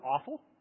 awful